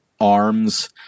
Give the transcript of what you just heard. arms